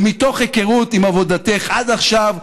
ומתוך היכרות עם עבודתך עד עכשיו,